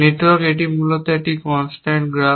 network এটি মূলত একটি কনস্ট্রেট গ্রাফ